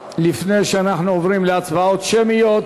לפני שאנחנו עוברים להצבעות שמיות,